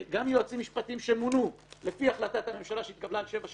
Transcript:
גם יועצים משפטיים שמונו לפי החלטת הממשלה שהתקבלה לשבע שנים,